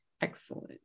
Excellent